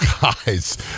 guys